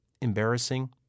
Embarrassing